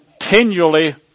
continually